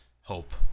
hope